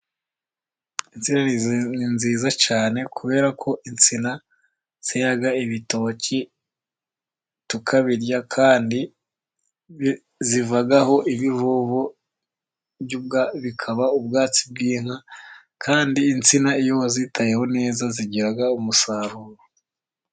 Insina ni nziza cyane, kubera ko insina zera ibitoki tukabirya, kandi zivaho ibivovo bikaba ubwatsi bw'inka. Kandi insina iyo wazitayeho neza zigira umusaruro.